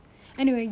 your genre